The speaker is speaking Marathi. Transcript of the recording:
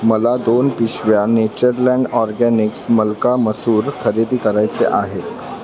मला दोन पिशव्या नेचरलँड ऑरगॅनिक्स मलका मसूर खरेदी करायचे आहेत